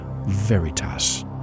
Veritas